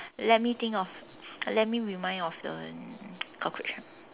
let me think of let me remind of the cockroach